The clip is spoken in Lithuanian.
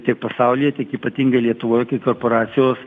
tiek pasaulyje tiek ypatingai lietuvoje kai korporacijos